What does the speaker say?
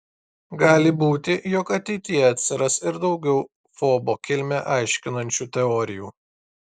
gali būti jog ateityje atsiras ir daugiau fobo kilmę aiškinančių teorijų